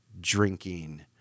drinking